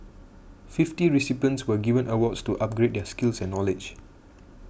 fifty recipients were given awards to upgrade their skills and knowledge